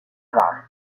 harvard